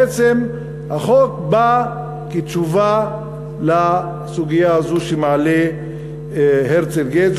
בעצם החוק בא כתשובה לסוגיה הזו שמעלה הרצל גדז',